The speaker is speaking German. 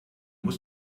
muss